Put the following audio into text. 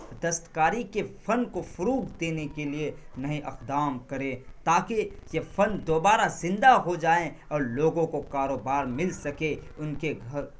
دستکاری کے فن کو فروغ دینے کے لیے نئے اقدام کرے تاکہ یہ فن دوبارہ زندہ ہو جائیں اور لوگوں کو کاروبار مل سکے ان کے گھر